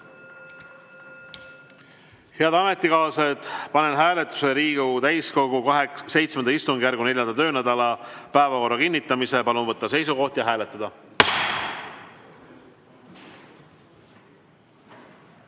Head ametikaaslased, panen hääletusele Riigikogu täiskogu VII istungjärgu 4. töönädala päevakorra kinnitamise. Palun võtta seisukoht ja hääletada!